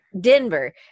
Denver